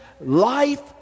life